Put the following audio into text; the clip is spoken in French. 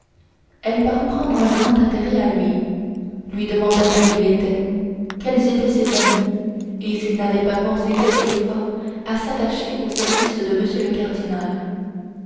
elle parut prendre un grand intérêt à lui lui demanda d'où il était quels étaient ses amis et s'il n'avait pas pensé quelquefois à s'attacher au service de m le cardinal